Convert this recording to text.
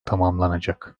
tamamlanacak